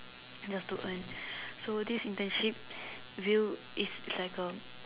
just to earn so this internship view is like a